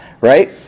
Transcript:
right